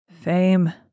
Fame